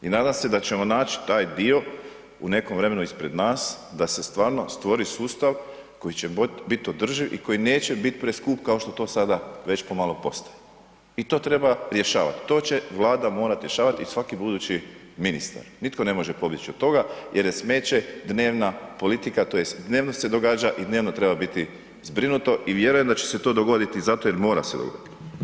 I nadam se da ćemo nać taj dio u nekom vremenu ispred nas da se stvarno stvori sustav koji će biti održiv i koji neće biti preskup kao što to sada već pomalo postaje i to treba rješavati, to će Vlada morati rješavati i svaki budući ministar, nitko ne može pobjeći od toga jer je smeće dnevna politika tj. dnevno se događa i dnevno treba biti zbrinuto i vjerujem da će se to dogoditi zato jer mora se dogoditi.